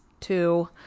two